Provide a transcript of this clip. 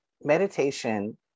meditation